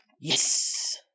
Yes